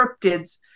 cryptids